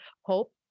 Hope